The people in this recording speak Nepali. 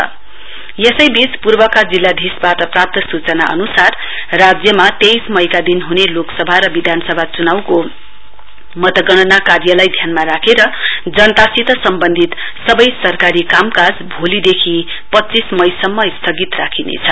नोटिस डिसी इस्ट यसैबीच पूर्वका जिल्लाधीशबाट प्राप्त सूचना अनुसार राज्यमा तेइस मईका दिन हुने लोकसभा र विधानसभा चुनाउको मतगणना कार्यलाई ध्यानमा राखेर जनतासित सम्वन्धित सबै सरकारी कामकाज भोलिदेखि पञ्चीस मईसम्म स्थगित राखिनेछ